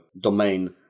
domain